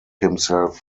himself